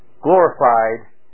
glorified